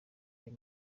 ayo